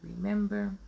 remember